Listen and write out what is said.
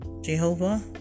Jehovah